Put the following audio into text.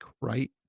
right